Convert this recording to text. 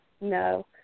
no